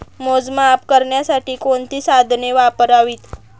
मोजमाप करण्यासाठी कोणती साधने वापरावीत?